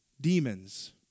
Demons